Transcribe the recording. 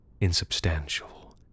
insubstantial